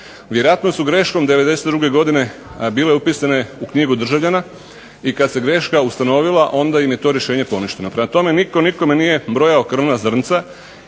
Vjerojatno su greškom 92. godine bile upisane u knjigu državljana i kada se greška ustanovila onda im je to rješenje poništeno. Prema tome, nitko nikome nije brojao krvna zrnca